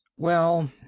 Well